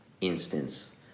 instance